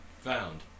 Found